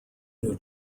new